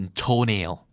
toenail